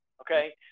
okay